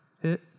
hit